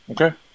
Okay